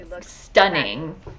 stunning